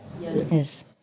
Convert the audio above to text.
Yes